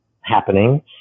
happening